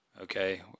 Okay